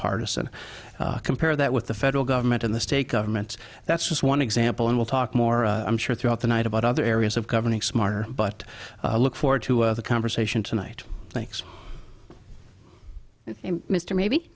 nonpartizan compare that with the federal government in the state government that's just one example and we'll talk more i'm sure throughout the night about other areas of governing smarter but look forward to the conversation tonight thanks mr maybe